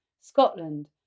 Scotland